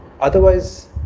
Otherwise